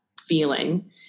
feeling